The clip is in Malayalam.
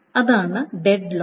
അതാണ് ഡെഡ് ലോക്ക്